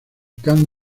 khan